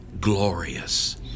glorious